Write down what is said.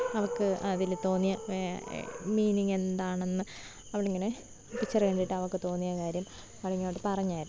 അവക്ക് അതിൽ തോന്നിയ മീനിങ്ങെന്താണെന്ന് അവളിങ്ങനെ പിക്ച്ചർ കണ്ടിട്ടവക്കു തോന്നിയ കാര്യം അവളിങ്ങോട്ടു പറഞ്ഞായിരുന്നു